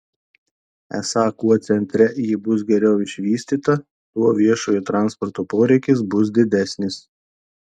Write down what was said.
esą kuo centre ji bus geriau išvystyta tuo viešojo transporto poreikis bus didesnis